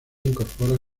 incorpora